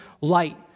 light